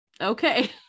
okay